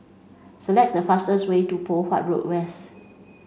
select the fastest way to Poh Huat Road West